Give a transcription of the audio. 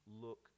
look